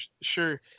sure